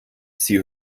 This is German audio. sie